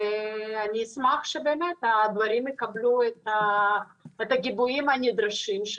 אני אשמח שהדברים יקבלו את הגיבויים הנדרשים,